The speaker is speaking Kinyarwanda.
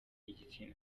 igitsina